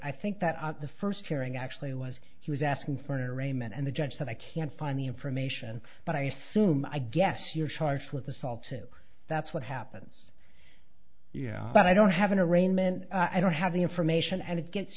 i think that the first hearing actually was he was asking for an arraignment and the judge said i can't find the information but i assume i guess you're charged with assault to that's what happens yeah but i don't have an arraignment i don't have the information and it gets